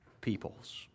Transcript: peoples